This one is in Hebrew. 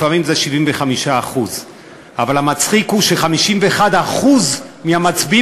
לפעמים זה 75%. אבל המצחיק הוא ש-51% מהמצביעים